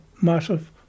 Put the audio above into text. massive